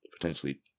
potentially